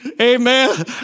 Amen